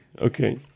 okay